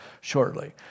shortly